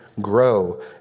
grow